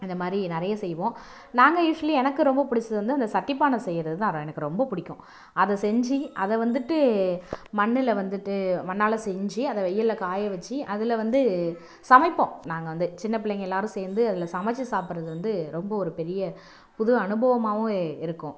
இதைமாரி நிறைய செய்வோம் நாங்கள் யூஷ்வலி எனக்கு ரொம்ப பிடிச்சது வந்து அந்த சட்டி பானை செய்யறதுதான் அது எனக்கு ரொம்ப பிடிக்கும் அதை செஞ்சு அதை வந்துட்டு மண்ணில் வந்துட்டு மண்ணால் செஞ்சு அத வெயிலில் காயவச்சு அதில் வந்து சமைப்போம் நாங்கள் வந்து சின்ன பிள்ளைங்க எல்லோரும் சேர்ந்து அதில் சமைச்சி சாப்புட்றது வந்து ரொம்ப ஒரு பெரிய புது அனுபவமாகவும் இருக்கும்